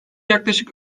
yaklaşık